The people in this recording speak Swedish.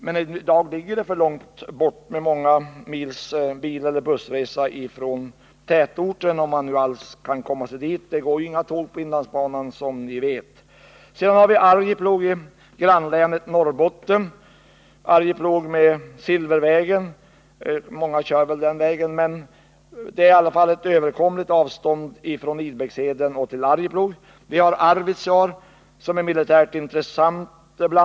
Men i dag ”ligger det för långt bort”, med många mils bileller bussresa från tätorterna — om man nu alls kan ta sig dit; det går ju inga tåg på inlandsbanan längre, som ni vet. Sedan har vi i grannlänet Norrbotten Arjeplog med Silvervägen. Många kör väl den vägen — det är i alla fall ett överkomligt avstånd från Idbäckheden till Arjeplog. Vi har vidare Arvidsjaur, som bl.a. är militärt intressant.